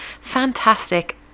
Fantastic